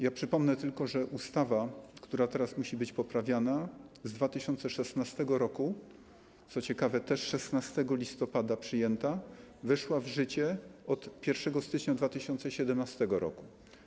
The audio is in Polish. Ja przypomnę tylko, że ustawa, która teraz musi być poprawiana, z 2016 r., co ciekawe, też 16 listopada przyjęta, weszła w życie od 1 stycznia 2017 r.